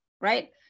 right